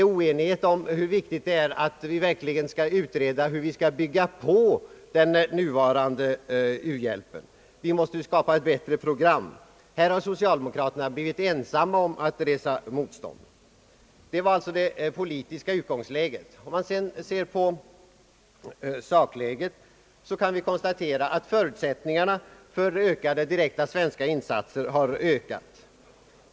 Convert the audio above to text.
Det råder oenighet om vikten av att vi verkligen utreder, hur vi skall bygga på den nuvarande u-landshjälpen vi måste skapa ett bättre program. Härvid har socialdemokraterna blivit ensamma om att resa motstånd. Det var alltså det politiska utgångsläget. Om vi sedan ser på sakläget, kan vi konstatera att förutsättningarna för ökade direkta svenska insatser har ökat.